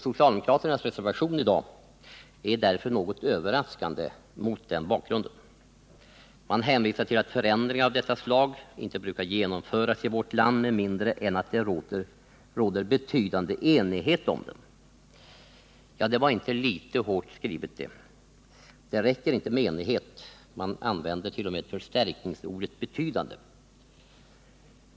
Socialdemokraternas reservation i dag är därför något överraskande mot denna bakgrund. Man hänvisar till att förändringar av detta slag inte brukar genomföras i vårt land med mindre än att det råder betydande enighet om dem. Det var inte litet hårt skrivet. Det räcker inte med enighet, man använder t.o.m. förstärkningsordet ”betydande”.